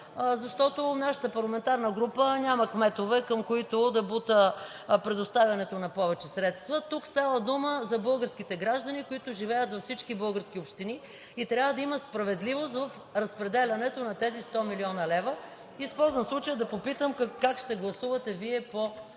защото нашата парламентарна група няма кметове, към които да бута предоставянето на повече средства. Тук става дума за българските граждани, които живеят във всички български общини, и трябва да има справедливост в разпределянето на тези 100 млн. лв. Използвам случая да попитам: как ще гласувате Вие по начина,